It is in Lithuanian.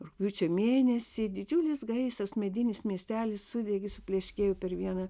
rugpjūčio mėnesį didžiulis gaisras medinis miestelis sudegė supleškėjo per vieną